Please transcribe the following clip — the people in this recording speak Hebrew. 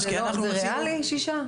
זה ריאלי, שישה?